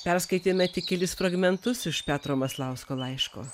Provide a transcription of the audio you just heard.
perskaitėme tik kelis fragmentus iš petro maslausko laiško